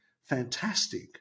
Fantastic